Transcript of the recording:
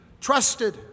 trusted